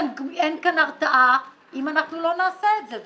אין כאן שיקום, אין כאן הרתעה, אם לא נעשה את זה.